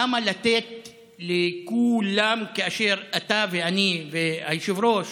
למה לתת לכולם כאשר אתה ואני והיושב-ראש